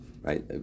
Right